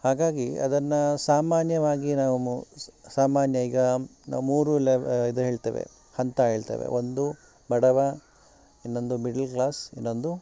ಹಾಗಾಗಿ ಅದನ್ನು ಸಾಮಾನ್ಯವಾಗಿ ನಾವು ಸಾಮಾನ್ಯ ಈಗ ಮೂರು ಲೆವ್ ಇದು ಹೇಳ್ತೇವೆ ಅಂತ ಹೇಳ್ತೇವೆ ಒಂದು ಬಡವ ಇನ್ನೊಂದು ಮಿಡ್ಲ್ ಕ್ಲಾಸ್ ಇನ್ನೊಂದು